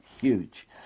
Huge